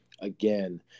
Again